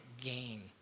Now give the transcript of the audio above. gain